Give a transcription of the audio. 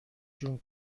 جون